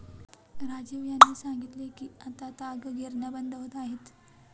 राजीव यांनी सांगितले की आता ताग गिरण्या बंद होत आहेत